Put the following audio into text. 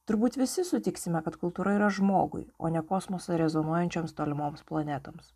turbūt visi sutiksime kad kultūra yra žmogui o ne kosmosą rezonuojančioms tolimoms planetoms